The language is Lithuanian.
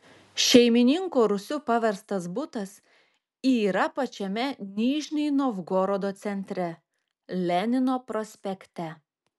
šeimininko rūsiu paverstas butas yra pačiame nižnij novgorodo centre lenino prospekte